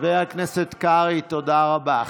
חבר הכנסת קרעי, תודה רבה.